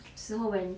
时候 when